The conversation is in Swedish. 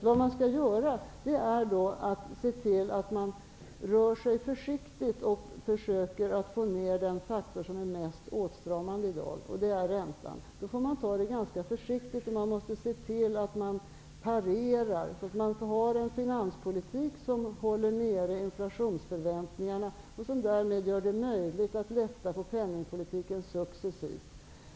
Vad man skall göra är att se till att man rör sig försiktigt och försöker få ner räntan, den i dag mest åtstramande faktorn. Man får ta det ganska försiktigt och se till att man parerar och har en finanspolitik som håller nere inflationsförväntningarna och som därmed gör det möjligt att successivt lätta på penningpolitiken.